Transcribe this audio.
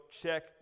check